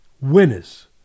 Winners